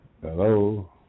Hello